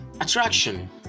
Attraction